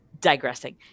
digressing